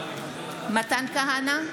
נגד מתן כהנא,